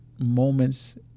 moments